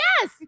yes